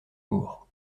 bourg